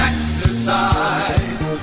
exercise